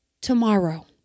tomorrow